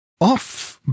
Off